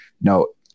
No